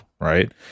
right